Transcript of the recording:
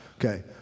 okay